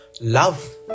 Love